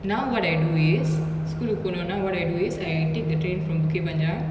now what I do is school கு போனோனா:ku poanonaa what I do is I take the train from bukit panjang